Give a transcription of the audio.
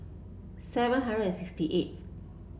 seven hundred and sixty eighth